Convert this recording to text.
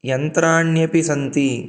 यन्त्राण्यपि सन्ति